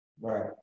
right